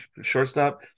shortstop